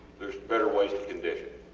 theres better ways to condition.